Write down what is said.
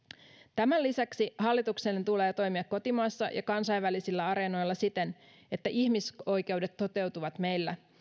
tämän lisäksi hallituksen tulee toimia kotimaassa ja kansainvälisillä areenoilla siten että ihmisoikeudet toteutuvat meillä